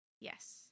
Yes